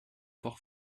fort